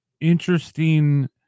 interesting